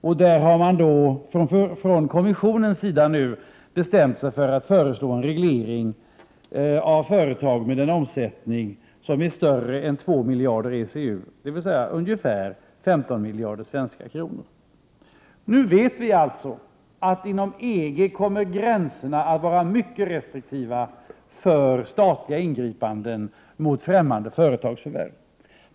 Från kommissionens sida har man nu bestämt sig för att föreslå en reglering av företag med en omsättning som är större än 2 miljarder ECU, dvs. ungefär 15 miljarder svenska kronor. Vi vet således att gränserna kommer att vara mycket snäva inom EG när det gäller statliga ingripanden mot främmande företagsförvärv.